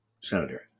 Senator